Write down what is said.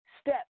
step